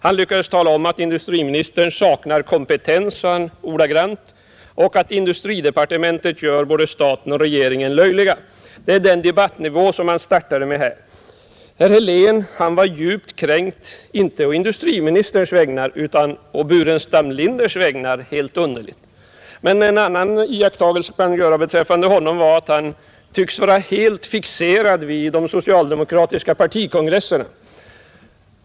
Han lyckades vidare tala om att industriministern saknar kompetens — det sade han ordagrant — och att industridepartementet gör både staten och regeringen löjliga. Det var den debattnivå som man startade med här. Herr Helén var djupt kränkt — inte å industriministerns vägnar, utan å herr Burenstam Linders vägnar, underligt nog. En annan iakttagelse som man kan göra beträffande honom var att han tycktes vara helt fixerad vid de socialdemokratiska partikongresserna.